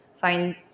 find